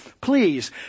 Please